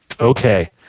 Okay